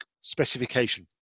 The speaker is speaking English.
specification